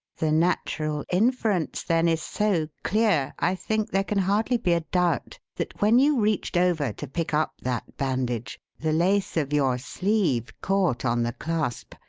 the natural inference then is so clear i think there can hardly be a doubt that when you reached over to pick up that bandage the lace of your sleeve caught on the clasp,